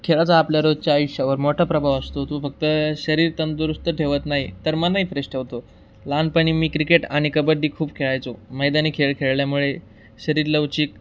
खेळाचा आपल्या रोजच्या आयुष्यावर मोठा प्रभाव असतो होतो फक्त शरीर तंदुरुस्त ठेवत नाही तर मन ही फ्रेश ठेवतो लहानपणी मी क्रिकेट आणि कबड्डी खूप खेळायचो मैदानी खेळ खेळल्यामुळे शरीर लवचिक